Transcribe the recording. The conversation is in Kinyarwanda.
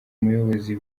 muyobozi